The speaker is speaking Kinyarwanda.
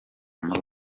muri